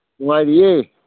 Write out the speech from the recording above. ꯅꯨꯡꯉꯥꯏꯔꯤꯌꯦ